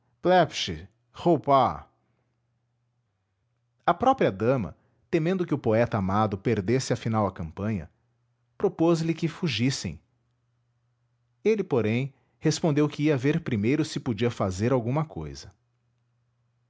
a própria dama temendo que o poeta amado perdesse afinal a campanha propôs lhe que fugissem ele porém respondeu que ia ver primeiro se podia fazer alguma cousa